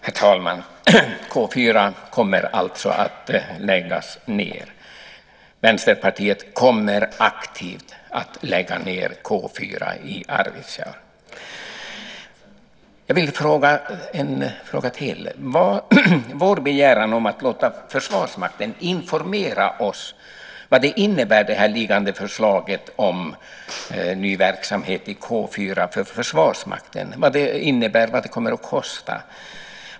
Herr talman! K 4 kommer alltså att läggas ned. Vänsterpartiet kommer aktivt att lägga ned K 4 i Arvidsjaur. Jag vill ställa en fråga till. Vad var ni rädda för när ni inte gick vår begäran till mötes om att låta Försvarsmakten informera oss om vad det liggande förslaget om ny verksamhet vid K 4 innebär och vad det kommer att kosta?